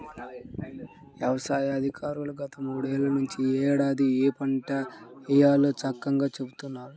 యవసాయ అధికారులు గత మూడేళ్ళ నుంచి యే ఏడాది ఏయే పంటల్ని వేయాలో చక్కంగా చెబుతున్నారు